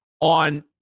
on